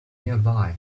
nearby